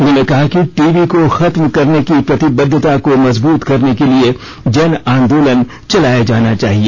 उन्होंने कहा कि टीबी को खत्म करने की प्रतिबद्वता को मंजबूत करने के लिए जन आंदोलन चलाया जाना चाहिए